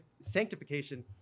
sanctification